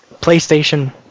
PlayStation